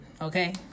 okay